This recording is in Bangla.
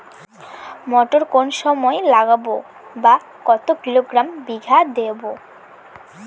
মটর কোন সময় লাগাবো বা কতো কিলোগ্রাম বিঘা দেবো?